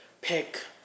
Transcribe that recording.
pick